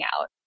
out